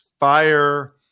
fire